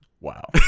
Wow